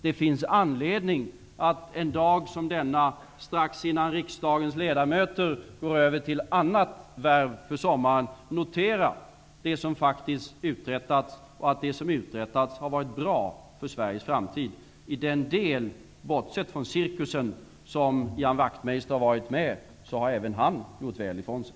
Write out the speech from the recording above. Det finns anledning att en dag som denna, strax innan riksdagens ledamöter för sommaren går över till annat värv, notera det som faktiskt uträttats och att det som uträttats har varit bra för Sveriges framtid. I den del som Ian Wachtmeister varit med, bortsett från cirkusen, har även han gjort väl ifrån sig.